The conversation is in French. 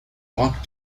rock